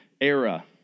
era